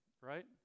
right